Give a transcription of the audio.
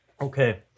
Okay